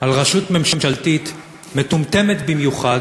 על רשות ממשלתית מטומטמת במיוחד,